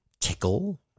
tickle